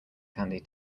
candy